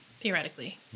theoretically